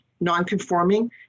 non-conforming